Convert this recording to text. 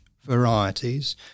varieties